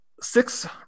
six